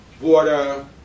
water